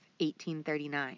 1839